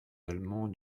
allemands